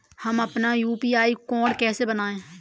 हम अपना UPI code कैसे बनाएँ?